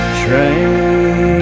train